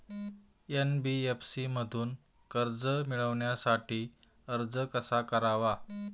NBFC मधून कर्ज मिळवण्यासाठी अर्ज कसा करावा?